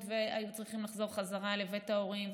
והיו צריכים לחזור חזרה לבית ההורים.